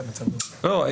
לא,